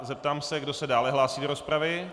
Zeptám se, kdo se dále hlásí do rozpravy.